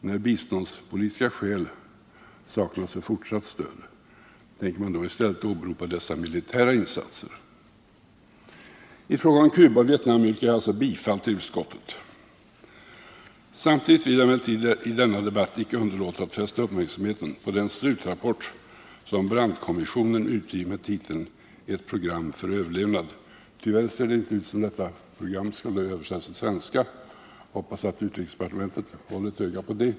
När biståndspolitiska skäl saknas för fortsatt stöd — tänker man då i stället åberopa dessa militära insatser? I fråga om Cuba och Vietnam yrkar jag alltså bifall till utskottets hemställan. Samtidigt vill jag emellertid i denna debatt icke underlåta att fästa uppmärksamheten på den slutrapport som Brandtkommissionen utgivit med titeln Ett program för överlevnad. Tyvärr ser det inte ut som om detta program skulle översättas till svenska. Jag hoppas att utrikesdepartementet håller ett öga på det.